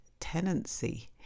Tenancy